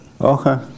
Okay